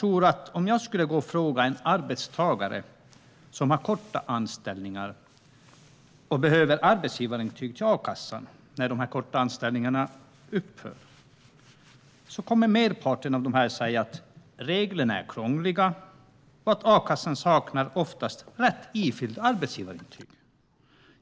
Om jag skulle fråga arbetstagare som har korta anställningar och behöver arbetsgivarintyg till a-kassan när dessa korta anställningar upphör, kommer merparten av dem säga att reglerna är krångliga och att a-kassan oftast saknar rätt ifyllt arbetsgivarintyg.